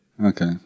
Okay